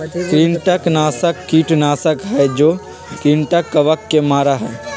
कृंतकनाशक कीटनाशक हई जो कृन्तकवन के मारा हई